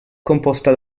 composta